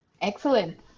Excellent